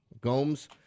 Gomes